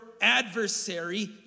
adversary